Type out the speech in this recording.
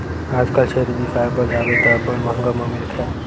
आजकल छेरी बिसाय बर जाबे त अब्बड़ मंहगा म मिलथे